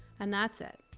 and that's it,